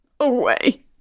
away